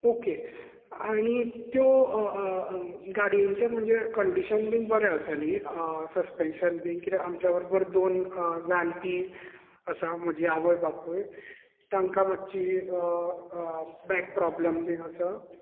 okay आनी त्यो गाडयेंचें म्हणजे कंडीशन बीन बरें आसा न्ही सस्पेन्शन बी किद्याक आमच्या बरोबर दोन जाण्टीं आसा म्हजी आवय बापूय तांकां मातशी बेक प्रोब्लम बी आसा